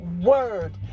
word